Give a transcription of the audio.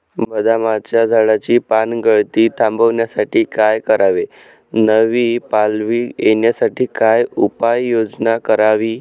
बदामाच्या झाडाची पानगळती थांबवण्यासाठी काय करावे? नवी पालवी येण्यासाठी काय उपाययोजना करावी?